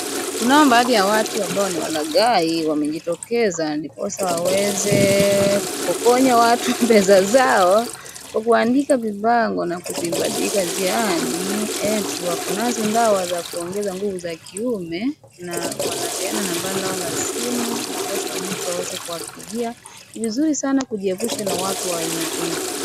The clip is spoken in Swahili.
Kunao baadhi ya watu ambao ni walaghai wamejitokeza, ndiposa waweze kupokonya watu pesa zao kwa kuandika vibango na kuvibandika njiani ati wakonazo dawa za kuongeza nguvu za kiume ,na wanapeana nambari lao la simu ndiposa mtu aweze kuwapigia .Ni vizuri sana kujiepusha na watu wa aina hii.